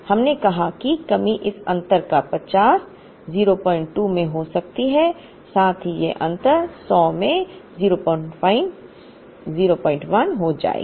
हमने कहा है कि कमी इस अंतर का 50 02 में हो सकती है साथ ही यह अंतर 100 में 01 हो जाएगा